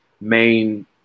main